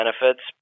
benefits